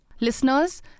Listeners